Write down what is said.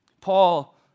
Paul